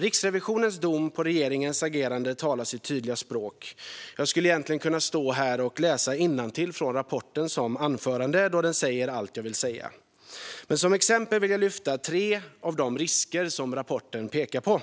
Riksrevisionens dom över regeringens agerande talar sitt tydliga språk. Jag skulle som anförande egentligen kunna läsa innantill från rapporten, då den säger allt jag vill säga. Som exempel vill jag lyfta fram tre av de risker som rapporten pekar på.